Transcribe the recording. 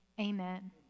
amen